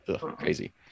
crazy